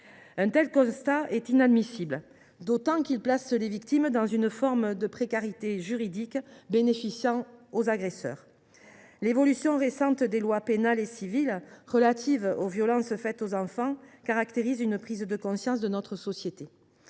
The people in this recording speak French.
Un tel constat est inadmissible, d’autant qu’il place les victimes dans une forme de précarité juridique qui profite aux agresseurs. L’évolution récente des lois pénales et civiles relatives aux violences faites aux enfants témoigne d’une prise de conscience de notre société.